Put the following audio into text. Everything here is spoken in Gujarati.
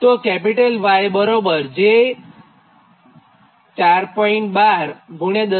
તો Y j4